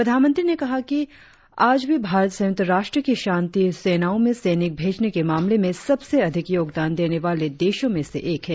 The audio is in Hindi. प्रधानमंत्री ने कहा कि आज भी भारत संयुक्त राष्ट्र की शांति सेनाओ में सैनिक भेजने के मामले में सबसे अधिक योगदान देने वाले देशों में से एक है